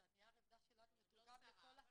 יש הרבה דברים שנמצאים על סדר יומו.